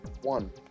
One